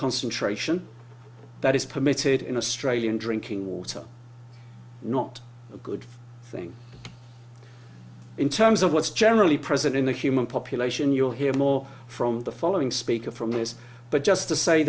concentration that is permitted in australian drinking water not a good thing in terms of what's generally present in the human population you'll hear more from the following speaker from this but just to say